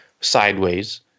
sideways